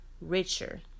richer